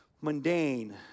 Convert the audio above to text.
mundane